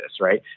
right